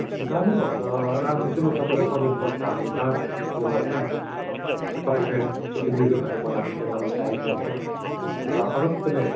गाडीभन्दा राम्रो चाहिँ म तपाईँलाई सजेस्ट गर्छु हाम्रो दार्जिलिङको होइन टोय ट्रेन जे चाहिँ ब्रिटिसहरूले बनाएको थियो तपाईँलाई थाहै छ हो अन्त अगर तपाईँले